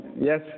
Yes